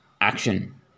action